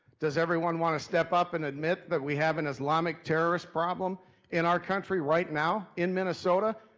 does everyone wanna step up and admit that we have an islamic terrorist problem in our country right now? in minnesota?